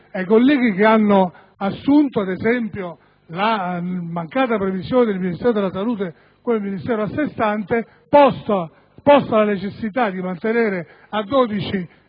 ai colleghi che hanno assunto ad esempio la mancata previsione del Ministero della salute come Ministero a sé stante, posta la necessità di mantenere in